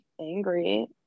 angry